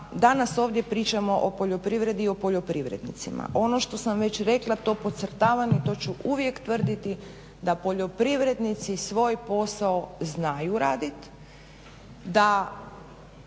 danas ovdje pričamo o poljoprivredi i o poljoprivrednicima. Ono što sam već rekla to podcrtavam i to ću uvijek tvrditi da poljoprivrednici svoj posao znaju raditi,